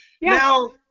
Now